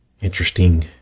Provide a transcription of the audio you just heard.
Interesting